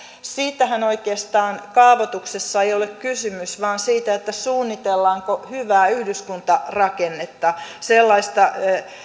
siitähän oikeastaan kaavoituksessa ei ole kysymys vaan siitä suunnitellaanko hyvää yhdyskuntarakennetta sellaista